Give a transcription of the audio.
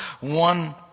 One